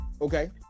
Okay